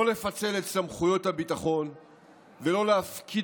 לא לפצל את סמכויות הביטחון ולא להפקיד